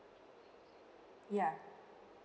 ya